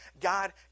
God